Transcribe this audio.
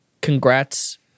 congrats